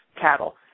cattle